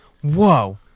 whoa